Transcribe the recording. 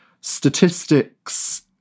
Statistics